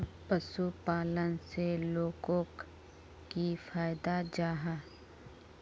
पशुपालन से लोगोक की फायदा जाहा?